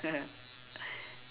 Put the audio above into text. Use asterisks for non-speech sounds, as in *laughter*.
*laughs*